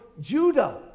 Judah